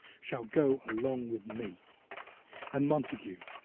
shall go along with me and, montague,